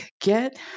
get